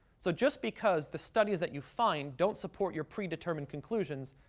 so just because the studies that you find don't support your predetermined conclusions,